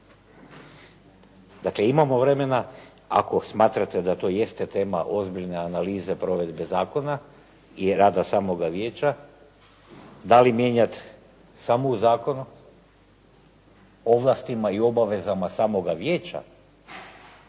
Dakle, imamo vremena ako smatrate da to jeste tema ozbiljne analize provedbe zakona i rada samoga vijeća, da li mijenjati samo u zakonu, ovlastima i obavezama samoga vijeća